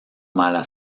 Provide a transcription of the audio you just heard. mala